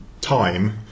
time